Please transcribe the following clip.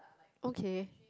okay